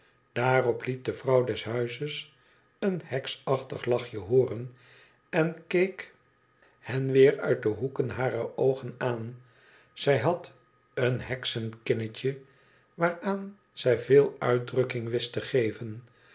daarop liet de vrouw des huizes een heksachtig lachje hooren en keek len weer uit de hoeken harer oogen aan zij had een heksenkinnetje raaraan zij veel uitdrukking wist te geven